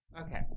Okay